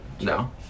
No